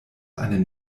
eine